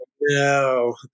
no